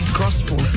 gospel